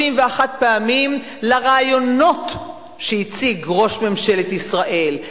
31 פעמים לרעיונות שהציג ראש ממשלת ישראל,